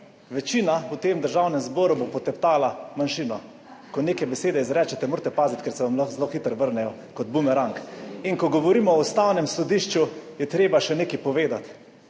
Večina v tem Državnem zboru bo poteptala manjšino. Ko neke besede izrečete, morate paziti, ker se vam lahko zelo hitro vrnejo kot bumerang. In ko govorimo o Ustavnem sodišču je treba še nekaj povedati